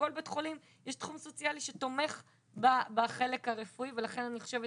בכל בית חולים יש תחום סוציאלי שתומך בחלק הרפואי ולכן אני חושבת